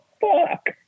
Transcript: fuck